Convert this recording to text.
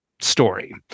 story